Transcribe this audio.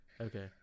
Okay